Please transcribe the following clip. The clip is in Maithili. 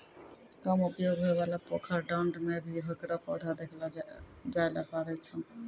कम उपयोग होयवाला पोखर, डांड़ में भी हेकरो पौधा देखलो जाय ल पारै छो